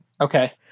Okay